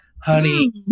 honey